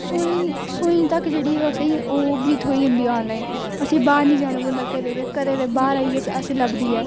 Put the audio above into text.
सूई सूई तक जेहड़ी ऐ ओह् असेंगी ओह् बी थ्होई जंदी आनॅलाइन असेंगी बाहर नेईं जाना पौंदा घरे दे घरे दे बाहर आइये असेंगी लभदी ऐ